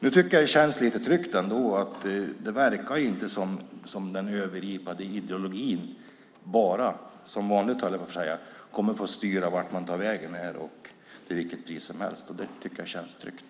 Jag tycker ändå att det känns lite tryggt att det inte verkar som om bara den övergripande ideologin - som vanligt, höll jag på att säga - kommer att få styra vart man tar vägen och till vilket pris som helst. Det känns tryggt.